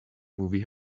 movie